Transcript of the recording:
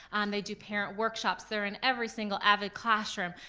they do parent workshops, they're in every single avid classroom,